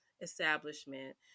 establishment